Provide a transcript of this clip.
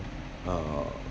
uh